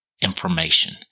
information